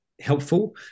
helpful